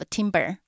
Timber